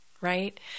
right